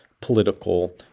political